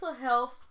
health